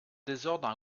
désordre